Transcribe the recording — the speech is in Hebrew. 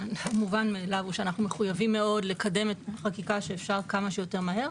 מובן מאליו שאנחנו מחויבים מאוד לקדם את החקיקה כמה שיותר מהר.